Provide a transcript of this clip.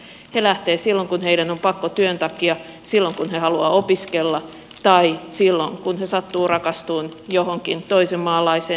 he lähtevät silloin kun heidän on pakko työn takia silloin kun he haluavat opiskella tai silloin kun he sattuvat rakastumaan johonkin toisenmaalaiseen esimerkiksi suomalaiseen